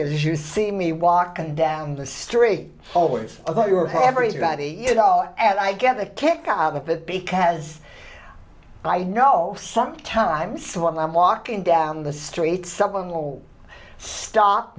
is you see me walking down the street hallways of your have everybody you know and i get a kick out of it because i know sometimes when i'm walking down the street someone will stop